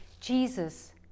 Jesus